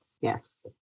Yes